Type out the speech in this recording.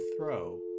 throw